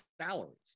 salaries